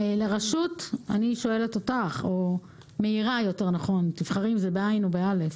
אני מעירה, תבחרי אם זה ב-ע' או ב-א'.